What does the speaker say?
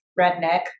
redneck